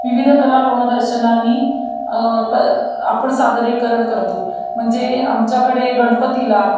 विविध कला गुणदर्शनानी प आपण सादरीकरण करतो म्हणजे आमच्याकडे गणपतीला